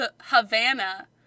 Havana